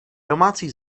domácí